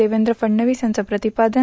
देवेंद्र फडणवीस यांचं प्रतिपादन